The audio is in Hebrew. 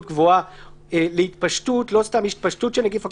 גבוהה להתפשטות" לא סתם "התפשטות של נגיף הקורונה"